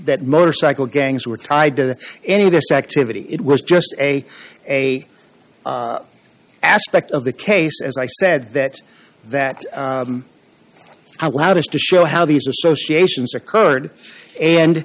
that motorcycle gangs were tied to any of this activity it was just a a aspect of the case as i said that that outloud just to show how these associations occurred and